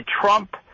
Trump